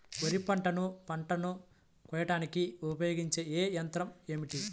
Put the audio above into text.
వరిపంటను పంటను కోయడానికి ఉపయోగించే ఏ యంత్రం ఏమిటి?